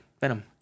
Venom